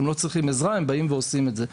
הם לא צריכים עזרה הם באים ועושים את זה,